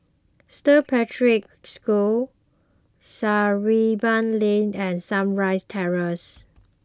Saint Patrick's School Sarimbun Lane and Sunrise Terrace